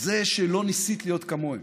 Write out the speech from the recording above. זה שלא ניסית להיות כמוהם.